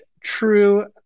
true